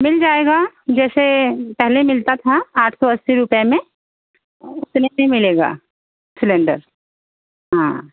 मिल जाएगा जैसे पहले मिलता था आठ सौ अस्सी रुपया में ऊ उतने में मिलेगा सिलिण्डर हाँ